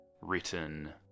written